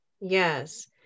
Yes